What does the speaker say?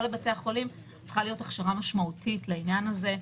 בתי החולים צריכה להיות ההכשרה משמעותית לעניין הזה.